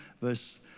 verse